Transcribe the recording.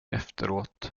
efteråt